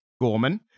Gorman